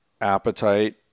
appetite